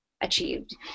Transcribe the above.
achieved